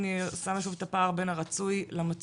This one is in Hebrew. אני שמה שוב את הפער בין הרצוי למצוי,